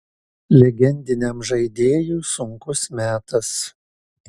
legendiniam žaidėjui sunkus metas